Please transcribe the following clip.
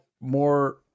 more